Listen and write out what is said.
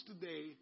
today